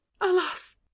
Alas